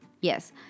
Yes